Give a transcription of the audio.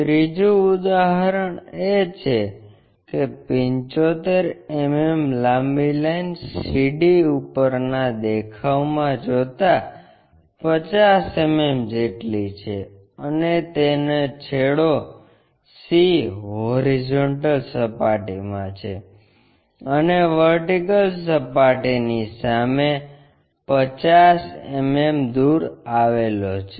ત્રીજું ઉદાહરણ એ છે કે એક 75 mm લાંબી લાઇન CD ઉપરના દેખાવમાં જોતા 50 mm જેટલી છે અને તેનો છેડો C હોરિઝોન્ટલ સપાટીમાં છે અને વર્ટિકલ સપાટીની સામે 50 mm દૂર આવેલો છે